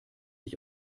ich